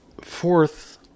fourth